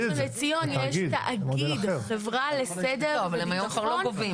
בראשון לציון יש תאגיד, חברה לסדר וביטחון.